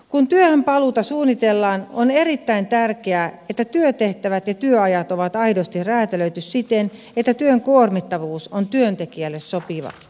kun työhönpaluuta suunnitellaan on erittäin tärkeää että työtehtävät ja työajat on aidosti räätälöity siten että työn kuormittavuus on työntekijälle sopiva